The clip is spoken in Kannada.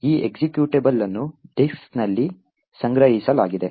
ಈ ಎಕ್ಸಿಕ್ಯೂಟಬಲ್ ಅನ್ನು ಡಿಸ್ಕ್ ನಲ್ಲಿ ಸಂಗ್ರಹಿಸಲಾಗಿದೆ